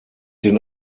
den